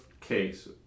case